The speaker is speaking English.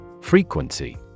Frequency